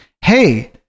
hey